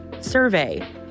survey